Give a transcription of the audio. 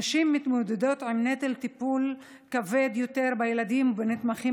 נשים מתמודדות עם נטל טיפול כבד יותר בילדים ובנתמכים